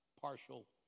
partial